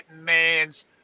man's